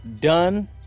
done